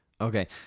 Okay